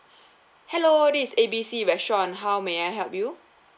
hello this is A B C restaurant how may I help you